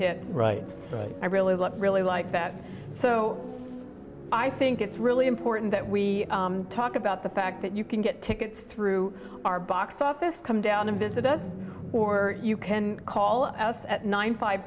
hits right i really love really like that so i think it's really important that we talk about the fact that you can get tickets through our box office come down and visit us or you can call us at nine five